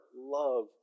love